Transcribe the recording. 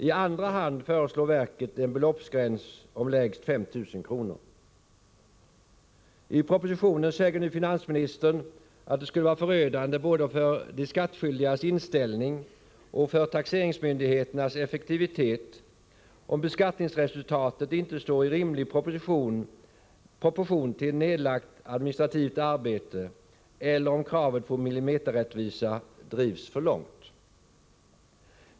I andra hand I propositionen säger nu finansministern att det skulle vara förödande både för de skattskyldigas inställning och för taxeringsmyndigheternas effektivitet om beskattningsresultatet inte står i rimlig proportion till nedlagt administrativt arbete eller om man kräver millimeterrättvisa.